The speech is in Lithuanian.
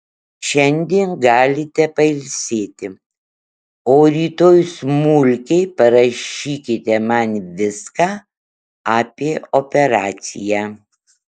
šiandien galite pailsėti o rytoj smulkiai parašykite man viską apie operaciją